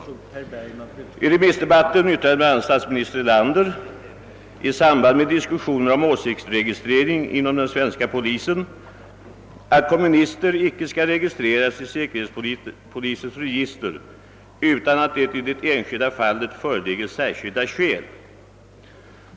I remissdebatten yttrade statsminister Erlander i samband med diskussioner om Ååsiktsregistrering inom den svenska polisen bl.a., att kommunister icke skall registreras i säkerhetspolisens register utan att det i det enskilda fallet föreligger särskilda skäl.